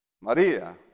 Maria